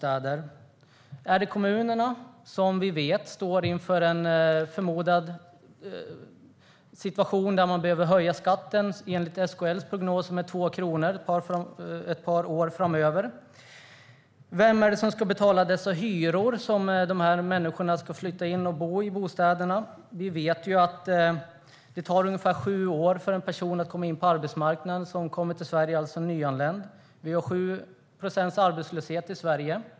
Är det kommunerna som vi vet står inför en förmodad situation där de enligt SKL:s prognoser behöver höja skatten med 2 kronor ett par år framöver? Vem ska betala hyran för de bostäder som dessa människor ska flytta in i? Vi vet att det tar ungefär sju år för en person som kommer till Sverige, alltså en nyanländ, att komma in på arbetsmarknaden. Vi har 7 procents arbetslöshet i Sverige.